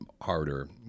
harder